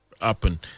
happen